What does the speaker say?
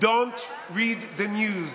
don't read the news,